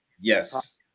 Yes